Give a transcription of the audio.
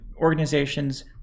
organizations